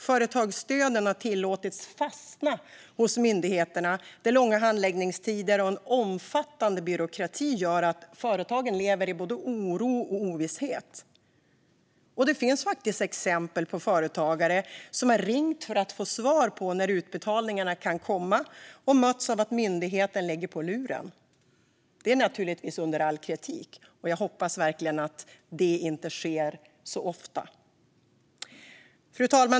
Företagsstöden har tillåtits fastna hos myndigheterna, där långa handläggningstider och en omfattande byråkrati gör att företagare lever i oro och ovisshet. Det finns exempel på företagare som har ringt för att få svar på när utbetalningarna kan komma och mötts av att myndigheten lägger på luren. Det är naturligtvis under all kritik. Jag hoppas verkligen att det inte sker ofta. Fru talman!